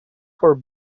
for